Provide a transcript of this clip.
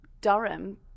Durham